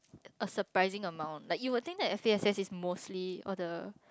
a surprising amount like you would think that F_A_S_S is mostly all the